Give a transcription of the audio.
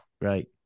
right